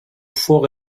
fort